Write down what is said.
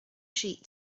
sheet